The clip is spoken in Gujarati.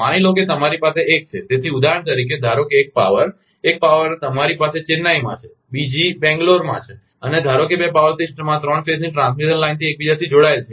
માની લો તમારી પાસે એક છે તેથી ઉદાહરણ તરીકે ધારો કે એક પાવર એક પાવર સિસ્ટમ તમારી પાસે ચેન્નાઈમાં છે બીજી બેંગ્લોરમાં છે અને ધારો કે બે પાવર સિસ્ટમ આ ત્રણ ફેઝની ટ્રાન્સમિશન લાઇનથી એકબીજાથી જોડાયેલ છે